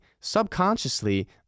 subconsciously